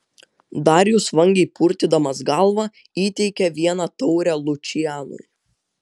darijus vangiai purtydamas galvą įteikė vieną taurę lučianui